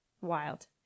wild